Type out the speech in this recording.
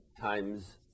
times